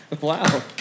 Wow